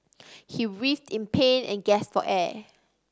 he writhed in pain and gasped for air